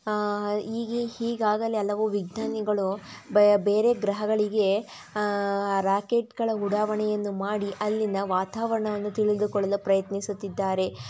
ಈಗೆ ಈಗಾಗಲೇ ಹಲವು ವಿಜ್ಞಾನಿಗಳು ಬಯ್ ಬೇರೆ ಗ್ರಹಗಳಿಗೆ ಹಾಂ ರಾಕೆಟ್ಗಳ ಉಡಾವಣೆಯನ್ನು ಮಾಡಿ ಅಲ್ಲಿನ ವಾತಾವರಣವನ್ನು ತಿಳಿದುಕೊಳ್ಳಲು ಪ್ರಯತ್ನಿಸುತ್ತಿದ್ದಾರೆ